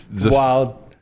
wild